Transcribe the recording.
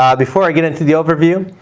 um before i get into the overview,